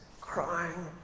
crying